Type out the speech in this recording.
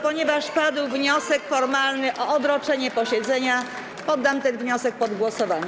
Ponieważ padł wniosek formalny o odroczenie posiedzenia, poddam ten wniosek pod głosowanie.